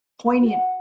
poignant